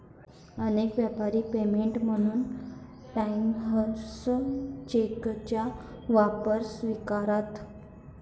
अनेक व्यापारी पेमेंट म्हणून ट्रॅव्हलर्स चेकचा वापर स्वीकारतात